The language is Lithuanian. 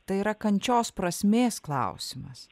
tai yra kančios prasmės klausimas